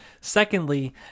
Secondly